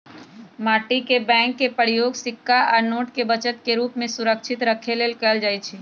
माटी के बैंक के प्रयोग सिक्का आ नोट के बचत के रूप में सुरक्षित रखे लेल कएल जाइ छइ